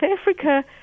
Africa